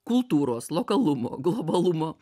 kultūros lokalumo globalumo